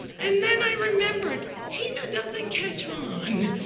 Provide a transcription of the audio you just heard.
and then i remembered, tina doesn't catch on.